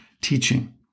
teaching